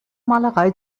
malerei